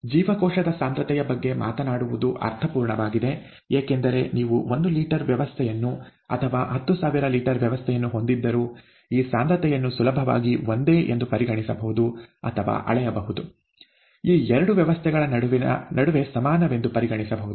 ಜೀವಕೋಶದ ಸಾಂದ್ರತೆಯ ಬಗ್ಗೆ ಮಾತನಾಡುವುದು ಅರ್ಥಪೂರ್ಣವಾಗಿದೆ ಏಕೆಂದರೆ ನೀವು ಒಂದು ಲೀಟರ್ ವ್ಯವಸ್ಥೆಯನ್ನು ಅಥವಾ 10000 ಲೀಟರ್ ವ್ಯವಸ್ಥೆಯನ್ನು ಹೊಂದಿದ್ದರೂ ಈ ಸಾಂದ್ರತೆಯನ್ನು ಸುಲಭವಾಗಿ ಒಂದೇ ಎಂದು ಪರಿಗಣಿಸಬಹುದು ಅಥವಾ ಅಳೆಯಬಹುದು ಈ ಎರಡು ವ್ಯವಸ್ಥೆಗಳ ನಡುವೆ ಸಮಾನವೆಂದು ಪರಿಗಣಿಸಬಹುದು